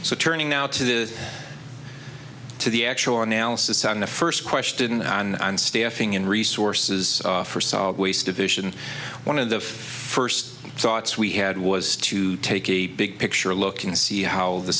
so turning now to the to the actual analysis on the first question on staffing in resources for solid waste of vision one of the first thoughts we had was to take a big picture look and see how the